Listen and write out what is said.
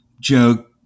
joke